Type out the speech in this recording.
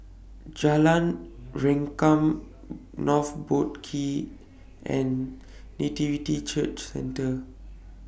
Jalan Rengkam North Boat Quay and Nativity Church Centre